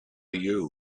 you